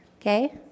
Okay